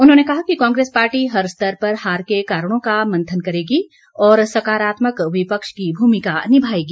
उन्होंने कहा कि कांग्रेस पार्टी हर स्तर पर हार के कारणों का मंथन करेगी और सकारात्मक विपक्ष की भूमिका निभाएगी